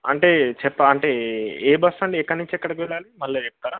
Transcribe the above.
అంటే చెప్తా అంటే ఏ బస్ స్టాండ్ ఎక్కడి నుంచి ఎక్కడికి వెళ్ళాలి మళ్ళీ చెప్తారా